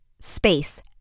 space